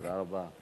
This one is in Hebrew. תודה רבה.